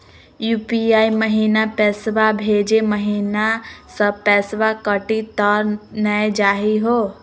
UPI महिना पैसवा भेजै महिना सब पैसवा कटी त नै जाही हो?